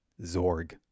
Zorg